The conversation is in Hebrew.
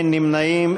אין נמנעים.